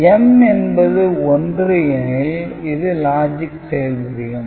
M என்பது 1 எனில் இது லாஜிக் செயல் புரியும்